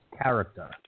character